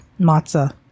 matzah